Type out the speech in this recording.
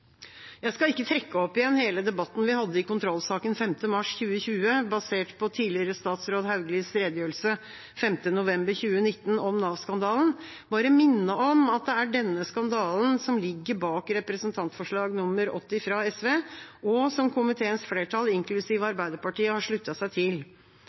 Jeg skal ikke trekke opp igjen hele debatten vi hadde i kontrollsaken 5. mars 2020, basert på tidligere statsråd Hauglies redegjørelse 5. november 2019 om Nav-skandalen, men bare minne om at det er denne skandalen som ligger bak representantforslag nr. 80 fra SV, og som komiteens flertall, inklusiv Arbeiderpartiet, har sluttet seg til.